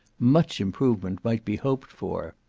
much improvement might be hoped for.